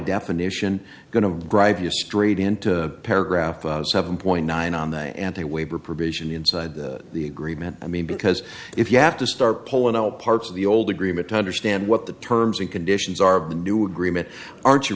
definition going to drive you straight into paragraph seven point nine on the anti waiver provision inside the agreement i mean because if you have to start pulling out all parts of the old agreement to understand what the terms and conditions are of the new agreement aren't you